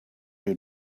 you